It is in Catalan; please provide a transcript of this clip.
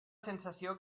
sensació